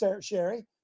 Sherry